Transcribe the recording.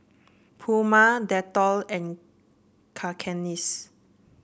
Puma Dettol and Cakenis